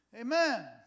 Amen